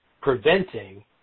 preventing